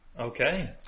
Okay